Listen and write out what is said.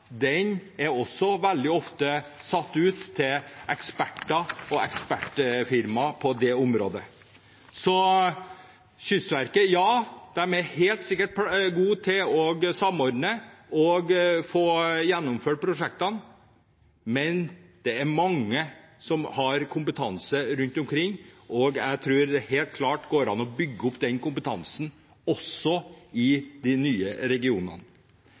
Den settes ut på anbud, så det er entreprenører og fagfolk innen dette feltet som gjennomfører. Også de tekniske undersøkelsene – som er i regi av Kystverket under planleggingen – er veldig ofte satt ut til eksperter og ekspertfirmaer på det området. Kystverket er helt sikkert gode til å samordne og å få gjennomført prosjektene, men det er mange rundt omkring som har kompetanse. Jeg tror det